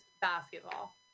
basketball